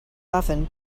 often